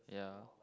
ya